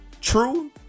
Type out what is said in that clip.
true